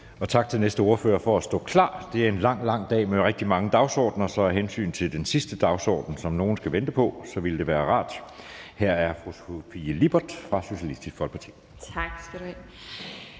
tak til næste ordfører for at stå klar. Det er en rigtig lang dag med rigtig mange dagsordenspunkter, så af hensyn til det sidste punkt, som nogle skal vente på, er det rart. Det er fru Sofie Lippert fra Socialistisk Folkeparti.